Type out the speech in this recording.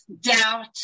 doubt